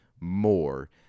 more